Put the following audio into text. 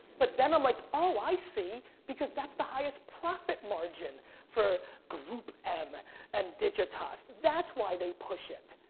but then i'm like oh, i see because that's the highest profit margin for group m and digitas. that's why they push it.